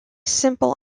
simple